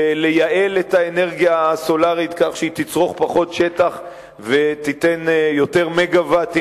בייעול האנרגיה הסולרית כך שהיא תצרוך פחות שטח ותיתן יותר מגוואטים.